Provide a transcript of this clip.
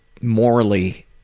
morally